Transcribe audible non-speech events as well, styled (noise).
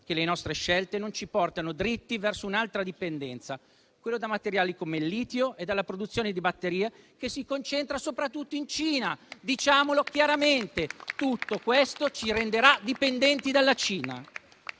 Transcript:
che le nostre scelte non ci portino dritti verso un'altra dipendenza, quella da materiali come il litio e dalla produzione di batterie, che si concentra soprattutto in Cina. (applause) Diciamolo chiaramente: tutto questo ci renderà dipendenti dalla Cina.